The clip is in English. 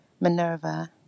Minerva